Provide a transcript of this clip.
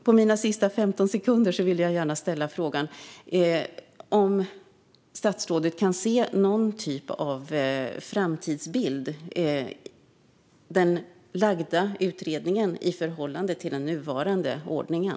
På mina sista 15 sekunder vill jag ställa följande fråga: Kan statsrådet se någon typ av framtidsbild i den framlagda utredningen i förhållande till den nuvarande ordningen?